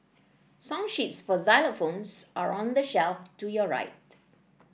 song sheets for xylophones are on the shelf to your right